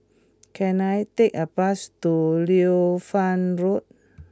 can I take a bus to Liu Fang Road